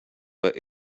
but